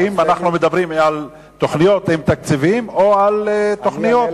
אנחנו מדברים על תוכניות עם תקציבים או על תוכניות.